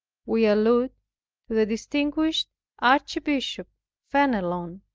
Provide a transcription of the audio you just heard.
we allude to the distinguished archbishop fenelon,